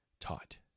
taught